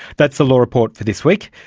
that's the law report for this week,